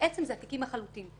בעצם אלה התיקים החלוטים,